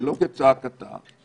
מאחר שעקומת